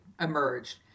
emerged